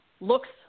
looks